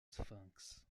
sphinx